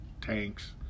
tanks